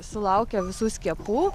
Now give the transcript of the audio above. sulaukia visų skiepų